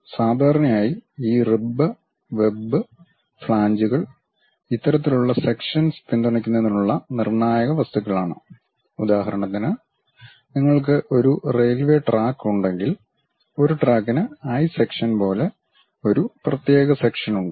സാധാരണയായി ഈ ribs web ഫ്ളാൻജുകൾ ഇത്തരത്തിലുള്ള സെക്ഷൻസ് പിന്തുണയ്ക്കുന്നതിനുള്ള നിർണ്ണായക വസ്തുക്കളാണ് ഉദാഹരണത്തിന് നിങ്ങൾക്ക് ഒരു റെയിൽവേ ട്രാക്ക് ഉണ്ടെങ്കിൽ ഒരു ട്രാക്കിന് ഐ സെക്ഷൻ പോലെ ഒരു പ്രത്യേക സെക്ഷൻ ഉണ്ട്